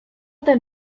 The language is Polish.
ten